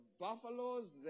buffaloes